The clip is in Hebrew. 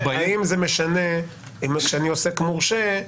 האם זה משנה כשאני עוסק מורשה,